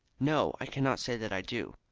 no, i cannot say that i do.